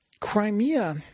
Crimea